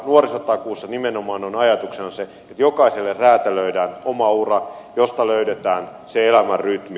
nuorisotakuussa nimenomaan on ajatuksena se että jokaiselle räätälöidään oma ura josta löydetään se elämänrytmi